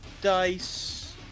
dice